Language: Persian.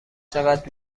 چقدر